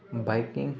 biking